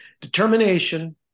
determination